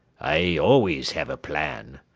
i always have a plan,